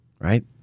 Right